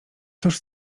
cóż